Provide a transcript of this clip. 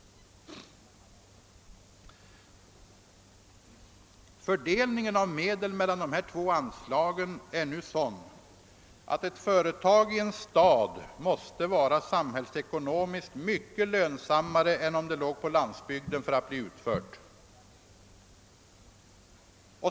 Fördelningen av medel mellan dessa två anslag är nu sådan att ett företag i en stad måste vara samhällsekonomiskt mycket lönsammare för att bli utfört än om det låg på landsbygden.